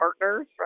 partners